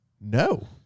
no